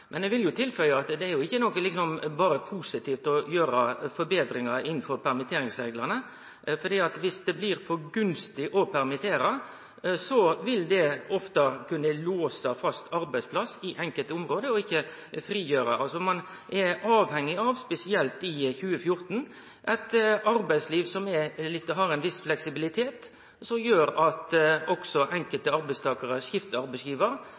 Eg vil tilføye at det er ikkje berre positivt å gjere forbetringar innanfor permitteringsreglane. Om det blir for gunstig å permittere, vil det ofte kunne låse fast arbeidskraft i enkelte område og ikkje frigjere ho. Ein er avhengig av, spesielt i 2014, eit arbeidsliv som har ein viss fleksibilitet, som gjer at også enkelte arbeidstakarar skiftar arbeidsgjevar.